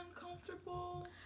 uncomfortable